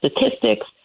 statistics